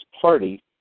party